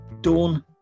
Dawn